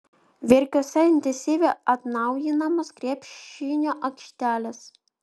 verkiuose intensyviai atnaujinamos krepšinio aikštelės